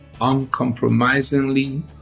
uncompromisingly